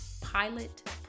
pilot